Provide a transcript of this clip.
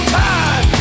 time